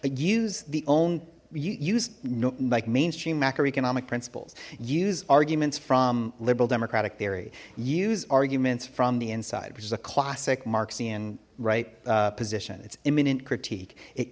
but use the own you use like mainstream macroeconomic principles use arguments from liberal democratic theory use arguments from the inside which is a classic marxian right position it's imminent critique it